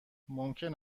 ممکن